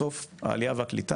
בסוף, העלייה והקליטה,